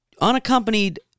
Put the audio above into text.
Unaccompanied